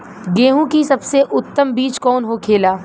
गेहूँ की सबसे उत्तम बीज कौन होखेला?